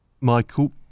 Michael